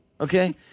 Okay